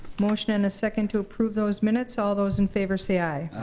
motion and a second to approve those minutes. all those in favor say aye.